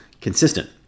consistent